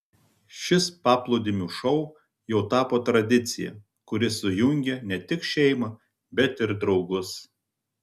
šis paplūdimių šou jau tapo tradicija kuri sujungia ne tik šeimą bet ir draugus